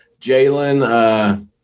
Jalen